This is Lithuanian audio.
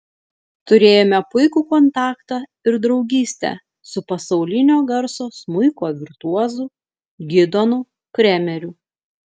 turėjome puikų kontaktą ir draugystę su pasaulinio garso smuiko virtuozu gidonu kremeriu